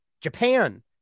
Japan